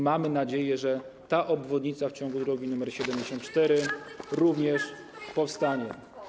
Mam nadzieję, że ta obwodnica w ciągu drogi nr 74 również powstanie.